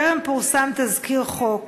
אך טרם פורסם תזכיר חוק